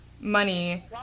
money